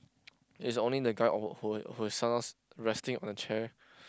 it's only the guy or who is who is sometimes resting on the chair